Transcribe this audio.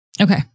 Okay